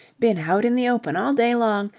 been out in the open all day long.